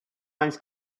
ice